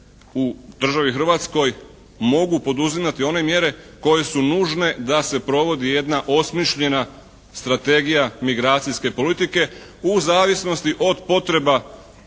u Republici Hrvatskoj mogu poduzimati one mjere koje su nužne da se provodi jedna osmišljena strategija migracijske politike u zavisnosti od potreba